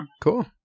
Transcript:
Cool